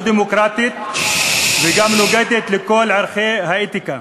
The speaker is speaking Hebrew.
לא דמוקרטית, וגם נוגדת את כל ערכי האתיקה.